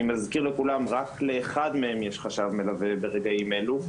מזכיר לכולם שרק לאחד מהם יש חשב מלווה ברגעים אלה,